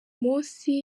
munsi